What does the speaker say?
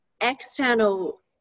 external